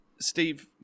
Steve